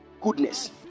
goodness